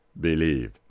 believe